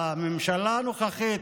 הממשלה הנוכחית,